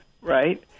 right